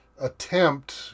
attempt